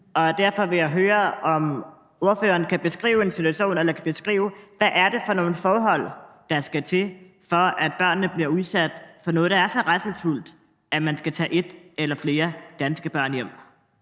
Derfor vil jeg høre, om ordføreren kan beskrive, hvad det er for nogle forhold, der skal til, hvor børnene bliver udsat for noget, der er så rædselsfuldt, at man skal tage et eller flere danske børn hjem.